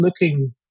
looking